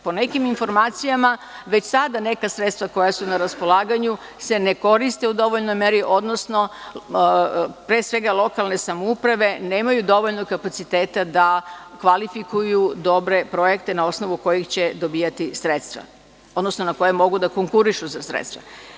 Po nekim informacijama već sada neka sredstva koja su na raspolaganju se ne koriste u dovoljnoj meri, odnosno pre svega lokalne samouprave nemaju dovoljno kapaciteta da kvalifikuju dobre projekte na osnovu kojih će dobijati sredstva, odnosno na koja mogu da konkurišu za sredstva.